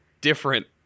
different